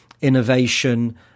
innovation